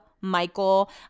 Michael